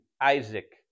Isaac